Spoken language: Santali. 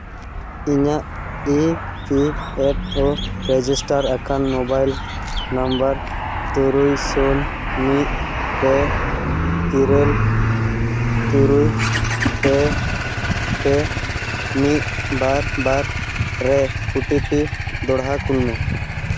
ᱤᱧᱟᱹᱜ E P F O register ᱟᱠᱟᱱ ᱢᱳᱵᱟᱭᱤᱞ ᱱᱚᱢᱵᱚᱨ ᱛᱩᱨᱩᱭ ᱥᱩᱱ ᱢᱤᱫ ᱯᱮ ᱤᱨᱟᱹᱞ ᱛᱩᱨᱩᱭ ᱯᱮ ᱯᱮ ᱢᱤᱫ ᱵᱟᱨ ᱵᱟᱨ ᱨᱮ ᱳ ᱴᱤ ᱯᱤ ᱫᱚᱦᱲᱟ ᱠᱩᱞ ᱢᱮ